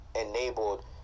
enabled